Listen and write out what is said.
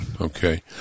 okay